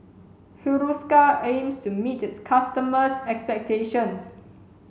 Hiruscar aims to meet its customers' expectations